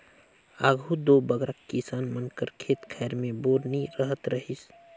आघु दो बगरा किसान मन कर खेत खाएर मे बोर नी रहत रहिस